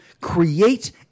create